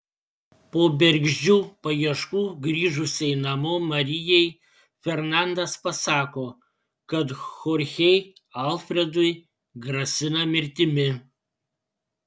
po bergždžių paieškų grįžusiai namo marijai fernandas pasako kad chorchei alfredui grasina mirtimi